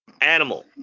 Animal